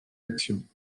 actions